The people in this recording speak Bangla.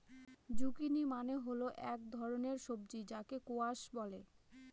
জুকিনি মানে হল এক ধরনের সবজি যাকে স্কোয়াশ বলে